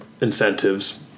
incentives